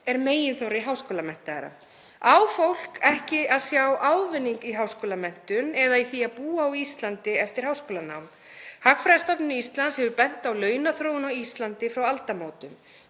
er meginþorri háskólamenntaðra. Á fólk ekki að sjá ávinning í háskólamenntun eða í því að búa á Íslandi eftir háskólanám? Hagfræðistofnun Íslands hefur bent á launaþróun á Íslandi frá aldamótum.